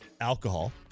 Alcohol